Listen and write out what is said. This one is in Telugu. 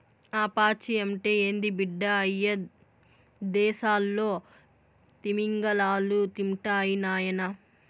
ఆ పాచి అంటే ఏంది బిడ్డ, అయ్యదేసాల్లో తిమింగలాలు తింటాయి నాయనా